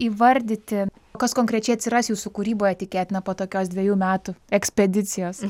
įvardyti kas konkrečiai atsiras jūsų kūryboje tikėtina po tokios dvejų metų ekspedicijos